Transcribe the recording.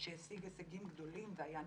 שהשיג הישגים גדולים והיה נכון.